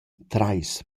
trais